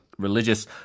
Religious